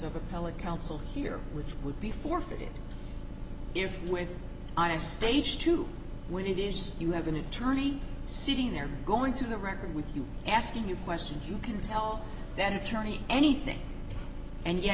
appellate counsel here which would be forfeited if we're on a stage two when it is you have an attorney sitting there going through the record with you asking you questions you can tell that attorney anything and yet